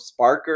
Sparker